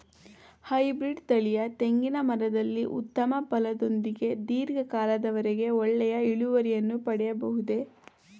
Hybrid ತಳಿಯ ತೆಂಗಿನ ಮರದಲ್ಲಿ ಉತ್ತಮ ಫಲದೊಂದಿಗೆ ಧೀರ್ಘ ಕಾಲದ ವರೆಗೆ ಒಳ್ಳೆಯ ಇಳುವರಿಯನ್ನು ಪಡೆಯಬಹುದೇ?